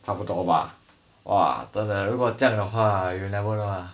超不多吧哇真的如果这样的话 you never know ah